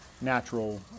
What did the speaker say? natural